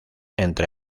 entre